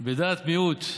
בדעת מיעוט,